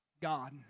God